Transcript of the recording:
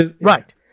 Right